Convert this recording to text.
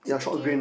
sticky